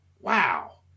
Wow